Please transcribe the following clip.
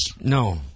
No